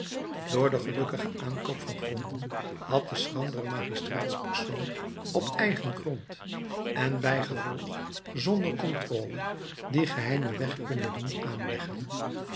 door den gelukkigen aankoop van gronden had de schrandere magistraatspersoon op eigen grond en bijgevolg zonder contrôle dien geheimen weg kunnen doen aanleggen